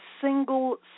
single